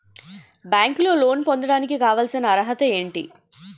బ్యాంకులో లోన్ పొందడానికి కావాల్సిన అర్హత ఏంటి?